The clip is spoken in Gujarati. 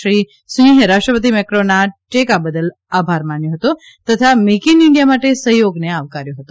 શ્રી સિંહે રાષ્ટ્રપતિ મેક્રોનના ટેકા બદલ આભાર માન્યો હતો તથા મેઇક ઇન ઇન્ડિયા માટે સહયોગને આવકાર્યો હતો